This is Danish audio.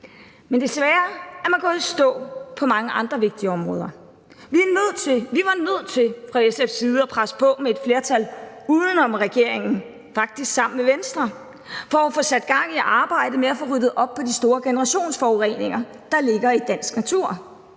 Men desværre er man gået i stå på mange andre vigtige områder. Vi var fra SF's side nødt til at presse på med et flertal uden om regeringen, faktisk sammen med Venstre, for at få sat gang i arbejdet med at få ryddet op i de store generationsforureninger, der ligger i dansk natur,